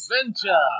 Adventure